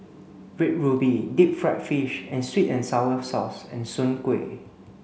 red ruby deep fried fish and sweet and sour sauce and Soon Kuih